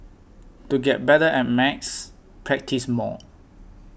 to get better at maths practise more